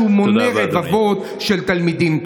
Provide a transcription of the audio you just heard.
שמונה רבבות של תלמידים.